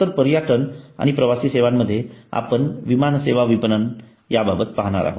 तर पर्यटन आणि प्रवासी सेवांमध्ये आपण विमान सेवा विपणन याबाबत पाहणार आहोत